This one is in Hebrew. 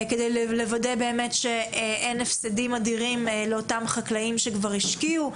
כדי לוודא שאין הפסדים אדירים לאותם חקלאים שכבר השקיעו,